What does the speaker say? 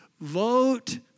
vote